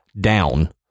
down